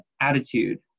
attitude